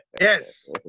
Yes